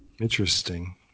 Interesting